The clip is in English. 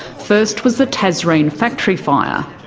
first was the tazreen factory fire,